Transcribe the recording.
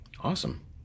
Awesome